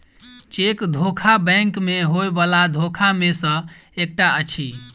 cheque धोखा bank मे होयबला धोखा मे सॅ एकटा अछि